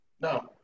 No